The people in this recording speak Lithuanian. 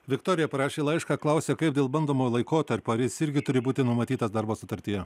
viktorija parašė laišką klausia kaip dėl bandomojo laikotarpio ar jis irgi turi būti numatytas darbo sutartyje